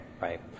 Right